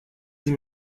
sie